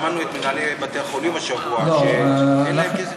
שמענו את מנהלי בתי החולים השבוע, שאין להם כסף.